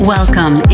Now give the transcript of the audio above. Welcome